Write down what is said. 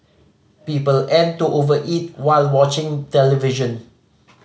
people add to over eat while watching television